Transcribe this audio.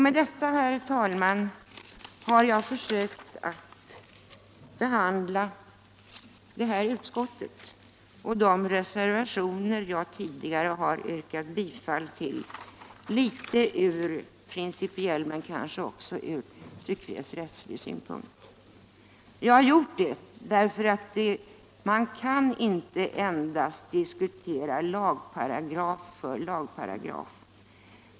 Med detta, herr talman, har jag försökt att behandla utskottsbetänkandet och de reservationer jag tidigare har yrkat bifall till, ur principiell och i viss mån också ur tryckfrihetsrättslig synpunkt. Jag har gjort det därför att man inte endast kan föra diskussionen lagparagraf efter lagparagraf.